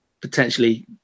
Potentially